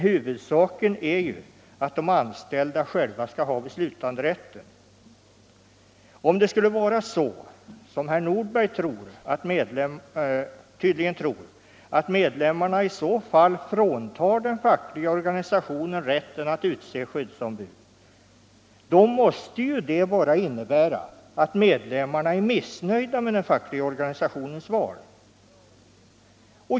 Huvudsaken är ju att de anställda själva skall ha beslutanderätten. Om det skulle vara så som herr Nordberg tydligen tror, att medlemmarna under sådana förhållanden fråntar den fackliga organisationen rätten att utse skyddsombud, måste ju det bara innebära att medlemmarna är missnöjda med den fackliga organisationens val.